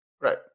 Right